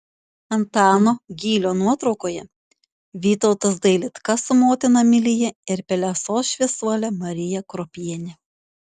antano gylio nuotraukoje vytautas dailidka su motina emilija ir pelesos šviesuole marija kruopiene